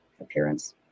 appearance